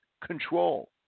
control